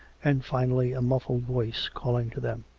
and finally a muffled voice calling to them.